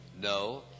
No